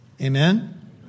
Amen